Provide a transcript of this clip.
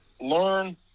learn